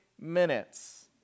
minutes